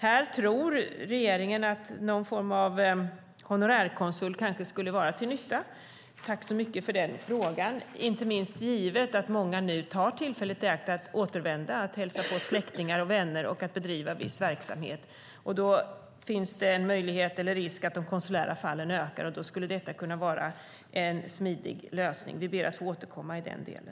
Här tror regeringen att någon form av honorärkonsul kanske skulle vara till nytta, inte minst med tanke på att många nu tar tillfället i akt att återvända för att hälsa på släktingar och vänner och bedriva viss verksamhet. Jag tackar för frågan om detta. Då finns det en möjlighet eller en risk för att de konsulära fallen ökar, och då skulle detta kunna vara en smidig lösning. Vi ber att få återkomma i denna del.